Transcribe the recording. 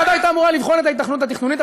הוועדה הייתה אמורה לבחון את ההיתכנות התכנונית,